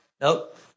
Nope